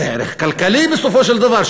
זה ערך כלכלי בסופו של דבר,